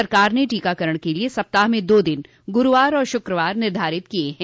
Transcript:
सरकार ने टीकाकरण के लिए सप्ताह में दो दिन गुरूवार और शुक्रवार निर्धारित किये हैं